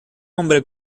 hombre